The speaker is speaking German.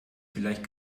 vielleicht